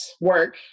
work